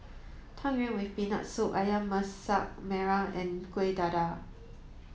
Tang Yuen with peanut soup Ayam Masak Merah and Kueh Dadar